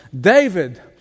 David